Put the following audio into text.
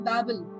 Babel